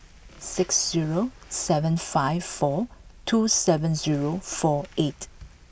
six zero seven five four two seven zero four eight